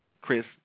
Chris